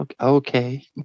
Okay